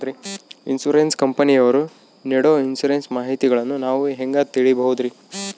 Insurance ಕಂಪನಿಯವರು ನೇಡೊ insurance ಮಾಹಿತಿಗಳನ್ನು ನಾವು ಹೆಂಗ ತಿಳಿಬಹುದ್ರಿ?